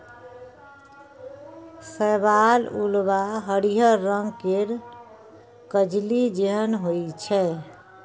शैवाल उल्वा हरिहर रंग केर कजली जेहन होइ छै